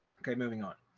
okay, moving on.